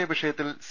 A വിഷയത്തിൽ C